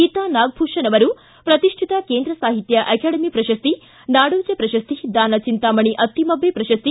ಗೀತಾ ನಾಗಭೂಷಣ ಅವರು ಪ್ರತಿಷ್ಠಿತ ಕೇಂದ್ರ ಸಾಹಿತ್ಯ ಅಕಾಡೆಮಿ ಪ್ರಶಸ್ತಿ ನಾಡೋಜ ಪ್ರಶಸ್ತಿ ದಾನ ಚೆಂತಾಮಣಿ ಅತ್ತಿಮಬ್ಬ ಪ್ರಶಸ್ತಿ